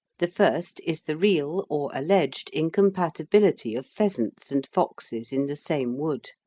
the first is the real or alleged incompatibility of pheasants and foxes in the same wood.